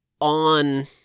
on